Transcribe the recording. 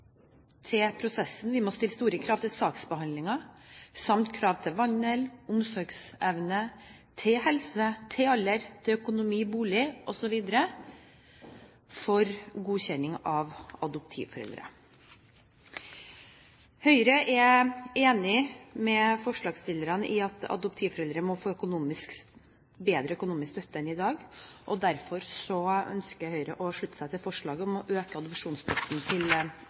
til prosessen, vi må stille store krav til saksbehandlingen samt krav til vandel, omsorgsevne, til helse, til alder, til økonomi, bolig osv. for godkjenning av adoptivforeldre. Høyre er enig med forslagsstillerne i at adoptivforeldre må få bedre økonomisk støtte enn i dag. Derfor ønsker Høyre å slutte seg til forslaget om å øke adopsjonsstøtten til